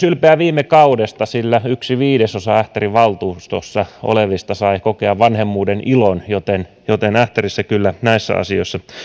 ylpeä myös viime kaudesta sillä yksi viidesosa ähtärin valtuustossa olevista sai kokea vanhemmuuden ilon joten joten ähtärissä näissä asioissa